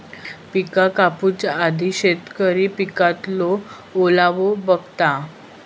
पिक कापूच्या आधी शेतकरी पिकातलो ओलावो बघता